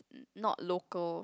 not local